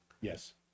yes